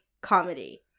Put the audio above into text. comedy